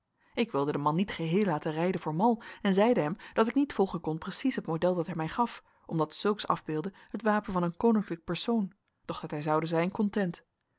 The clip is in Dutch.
ik wilde den man niet geheel laten rijden voor mal en zeide hem dat ik niet volgen kon precies het model dat hij mij gaf omdat zulks afbeeldde het wapen van een koninklijk persoon doch dat hij zoude zijn content